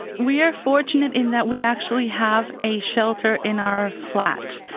we are fortunate in that we actually have a shelter in our flat.